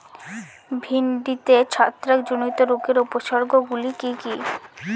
ভিন্ডিতে ছত্রাক জনিত রোগের উপসর্গ গুলি কি কী?